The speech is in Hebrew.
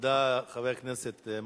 תודה לחבר הכנסת מולה.